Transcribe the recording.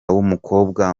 w’umukobwa